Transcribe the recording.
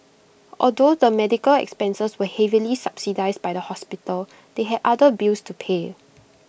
although the medical expenses were heavily subsidised by the hospital they had other bills to pay